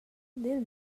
dil